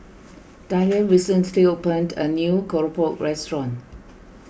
Dalia recently opened a new Keropok restaurant